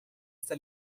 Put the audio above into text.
está